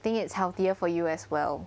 think it's healthier for you as well